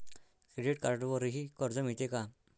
Credit कार्डवरही कर्ज मिळते का?